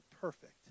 perfect